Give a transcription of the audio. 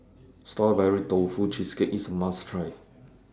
Strawberry Tofu Cheesecake IS A must Try